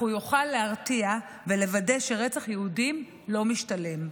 אך הוא יוכל להרתיע ולוודא שרצח יהודים לא ישתלם,